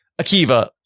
Akiva